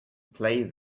play